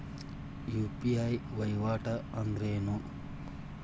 UPI ವಹಿವಾಟ್ ಅಂದ್ರೇನು?